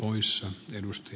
arvoisa puhemies